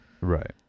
Right